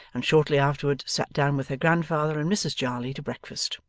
and shortly afterwards sat down with her grandfather and mrs jarley to breakfast.